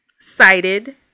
cited